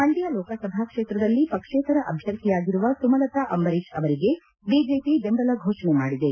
ಮಂಡ್ವ ಲೋಕಸಭಾ ಕ್ಷೇತ್ರದಲ್ಲಿ ಪಕ್ಷೇತರ ಅಭ್ವರ್ಥಿಯಾಗಿರುವ ಸುಮಲತಾ ಅಂಬರೀಶ್ ಅವರಿಗೆ ಬಿಜೆಪಿ ದೆಂಬಲ ಫೋಷಣೆ ಮಾಡಿದೆ